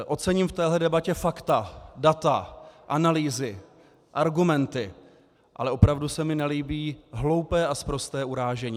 Ocením v téhle debatě fakta, data, analýzy, argumenty, ale opravdu se mi nelíbí hloupé a sprosté urážení.